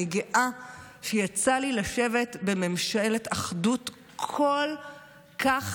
אני גאה שיצא לי לשבת בממשלת אחדות כל כך,